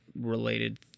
related